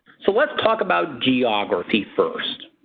so let's talk about geography first.